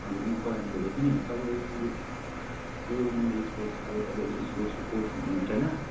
हजुर म कल्याण बोलेको नि तपाईँ यो मैले स्पोर्ट्स अब तपाईँले स्पोर्ट्सको कोच हुनुहुन्छ होइन